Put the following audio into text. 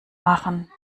machen